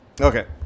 Okay